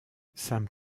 sam